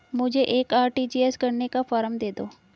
मुझे एक आर.टी.जी.एस करने का फारम दे दो?